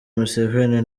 museveni